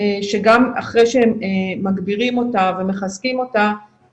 שגם אחרי שמגבירים אותה ומחזקים אותה